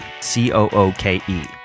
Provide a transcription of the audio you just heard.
C-O-O-K-E